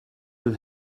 will